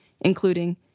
including